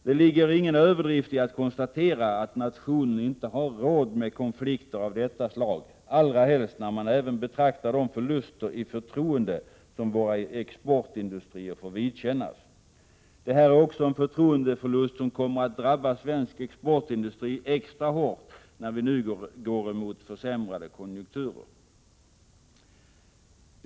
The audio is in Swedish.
Det ligger ingen överdrift i att konstatera att nationen inte har råd med konflikter av detta slag, särskilt när man även betraktar den förlust i fråga om förtroende som våra exportindustrier får vidkännas. Det här är också en förtroendeförlust som kommer att drabba svensk exportindustri extra hårt när vi går mot försämrade konjunkturer.